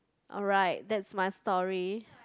alright that's my story